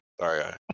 Sorry